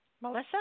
Melissa